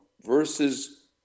versus